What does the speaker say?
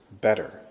better